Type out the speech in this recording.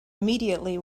immediately